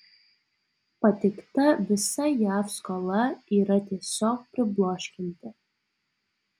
pateikta visa jav skola yra tiesiog pribloškianti